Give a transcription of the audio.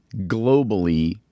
globally